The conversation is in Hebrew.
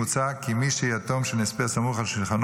מוצע כי מי שיתום של נספה סמוך על שולחנו